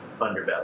underbelly